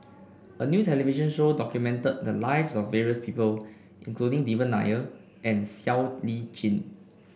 a new television show documented the lives of various people including Devan Nair and Siow Lee Chin